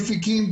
מפיקים,